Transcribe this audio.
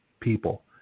people